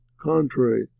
contrary